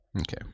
Okay